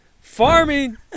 farming